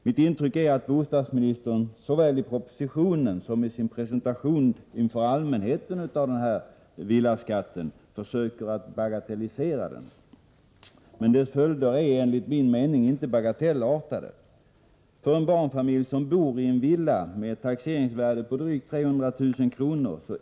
Mitt intryck är att bostadsministern såväl i propositionen som i sin presentation inför allmänheten försöker bagatellisera villaskatten, men dess följder är enligt min mening inte bagatellartade. För en barnfamilj som bor i en villa med ett taxeringsvärde på drygt 300 000 kr.